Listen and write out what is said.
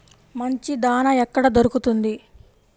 మంచి దాణా ఎక్కడ దొరుకుతుంది?